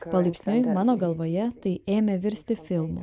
palaipsniui mano galvoje tai ėmė virsti filmu